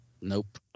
Nope